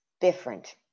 different